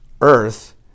earth